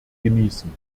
genießen